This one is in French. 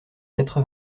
quatre